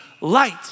light